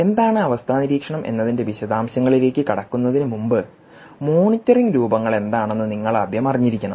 എന്താണ് അവസ്ഥ നിരീക്ഷണം എന്നതിന്റെ വിശദാംശങ്ങളിലേക്ക് കടക്കുന്നതിന് മുമ്പ് മോണിറ്ററിംഗ് രൂപങ്ങൾ എന്താണെന്ന് നിങ്ങൾ ആദ്യം അറിഞ്ഞിരിക്കണം